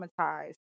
traumatized